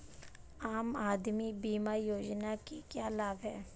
आम आदमी बीमा योजना के क्या लाभ हैं?